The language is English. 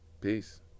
Peace